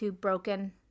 broken